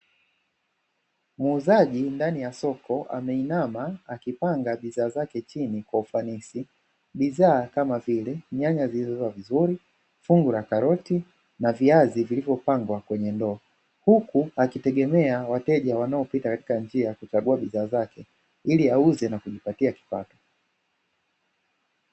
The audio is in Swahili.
Muuzaji ndani ya soko ameinama akipanga bidhaa zake chini kwa ufanisi, bidhaa kama vile nyanya zilizo vizuri, fungu la karoti na viazi vilivyopangwa kwenye ndoo, huku akitegemea wateja wanaopita katika njia kuchagua bidhaa zake ili auze na kujipatia kipato.